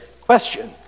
question